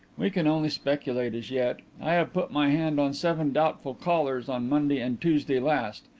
we can only speculate as yet. i have put my hand on seven doubtful callers on monday and tuesday last.